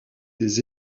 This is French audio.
des